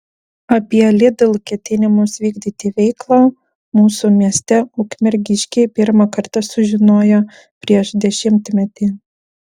apie lidl ketinimus vykdyti veiklą mūsų mieste ukmergiškiai pirmą kartą sužinojo prieš dešimtmetį